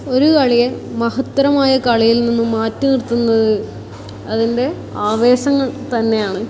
ഒരു കളിയും മഹത്തരമായ കളിയിൽ നിന്നും മാറ്റിനിർത്തുന്നത് അതിൻ്റെ ആവേശങ്ങൾ തന്നെയാണ്